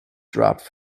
dropped